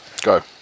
Go